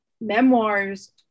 memoirs